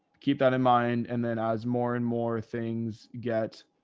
keep that in mind. and then as more and more things, get,